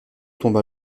tombe